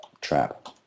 trap